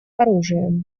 оружием